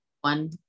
one